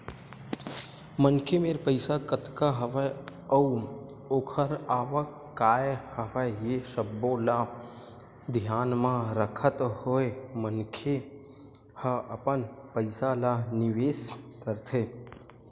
मनखे मेर पइसा कतका हवय अउ ओखर आवक काय हवय ये सब्बो ल धियान म रखत होय मनखे ह अपन पइसा ल निवेस करथे